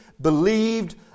believed